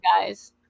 guys